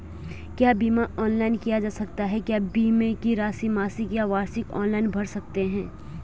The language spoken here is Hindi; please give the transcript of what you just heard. क्या बीमा ऑनलाइन किया जा सकता है क्या बीमे की राशि मासिक या वार्षिक ऑनलाइन भर सकते हैं?